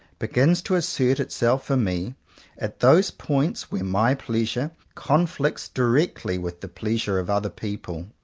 begins to assert itself for me at those points where my pleasure conflicts directly with the pleasure of other people.